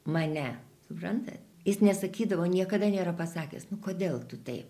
mane suprantat jis nesakydavo niekada nėra pasakęs kodėl tu taip